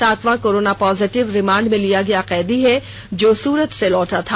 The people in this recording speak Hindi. सातवां कोरोना पॉजिटिव रिमांड में लिया गया कैदी है जो सूरत से लौटा था